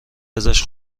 ازش